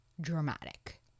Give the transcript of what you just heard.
dramatic